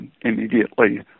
immediately